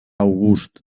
august